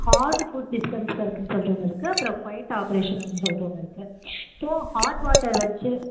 hard food dispenser அப்படின் சொல்லிட்டு ஒன்று இருக்குது அப்புறம் கொயட் ஆப்ரேஷன் அப்படின் சொல்லிட்டு ஒன்று இருக்குது இப்போது ஹாட் வாட்டர் வெச்சு